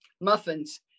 muffins